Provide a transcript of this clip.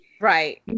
right